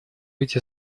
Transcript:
быть